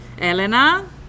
Elena